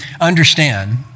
understand